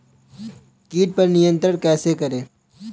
कीट पर नियंत्रण कैसे करें?